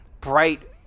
bright